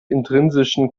intrinsischen